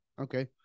Okay